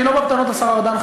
אני לא בא בטענות לשר ארדן.